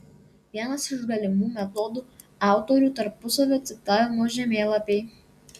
vienas iš galimų metodų autorių tarpusavio citavimo žemėlapiai